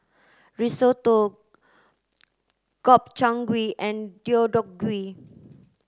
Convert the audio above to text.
Risotto Gobchang Gui and Deodeok Gui